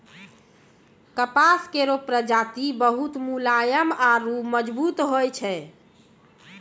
कपास केरो प्रजाति बहुत मुलायम आरु मजबूत होय छै